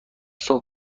چند